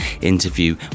interview